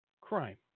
crime